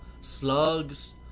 slugs